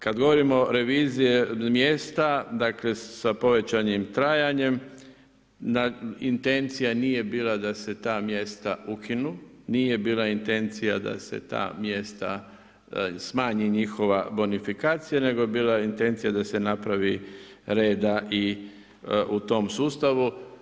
Kada govorimo revizije mjesta, dakle, sa povećanim trajanjem, intencija nije bila da se ta mjesta ukinu, nije bila intencija da se ta mjesta, smanji njihova bonifikacija, nego je bila intencija da se napravi reda i u tom sustavu.